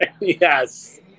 Yes